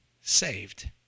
saved